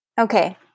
Okay